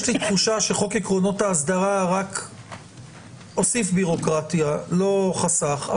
יש לי תחושה שחוק עקרונות ההסדרה רק הוסיף בירוקרטיה ולא חסך,